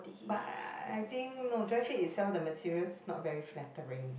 but I I I think dry fit itself the material not very flattering